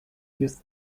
use